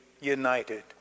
united